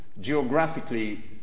geographically